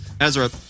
azra